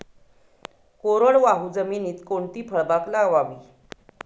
कोरडवाहू जमिनीत कोणती फळबाग लावावी?